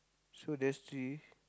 so there's three